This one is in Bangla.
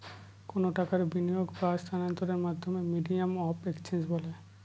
কোনো টাকার বিনিয়োগ বা স্থানান্তরের মাধ্যমকে মিডিয়াম অফ এক্সচেঞ্জ বলে